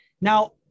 Now